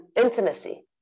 intimacy